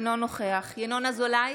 אינו נוכח ינון אזולאי,